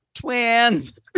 Twins